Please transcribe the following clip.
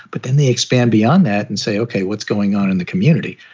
but then they expand beyond that and say, ok, what's going on in the community?